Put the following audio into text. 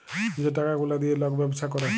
যে টাকা গুলা দিঁয়ে লক ব্যবছা ক্যরে